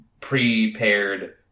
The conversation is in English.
prepared